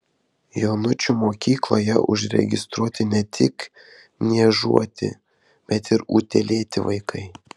jonučių mokykloje užregistruoti ne tik niežuoti bet ir utėlėti vaikai